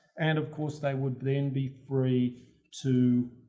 and of course they would then be free to,